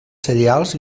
cereals